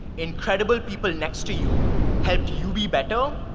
incredible people next to you helped you be better,